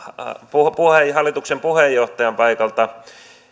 hallituksen puheenjohtajan paikalta